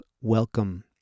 welcome